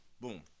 Boom